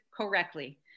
correctly